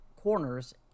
corners